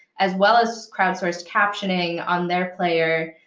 as well as crowdsourced captioning on their player.